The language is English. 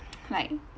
like